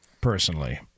personally